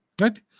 right